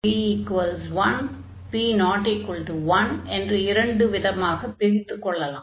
p 1 p≠ 1என்று இரண்டு விதமாகப் பிரித்து கொள்ளலாம்